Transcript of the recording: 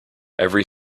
every